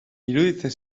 iruditzen